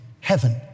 Heaven